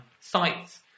sites